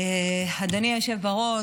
אדוני היושב-ראש,